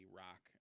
rock